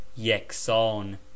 Yeksan